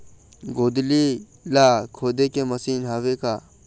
गोंदली ला खोदे के मशीन हावे का?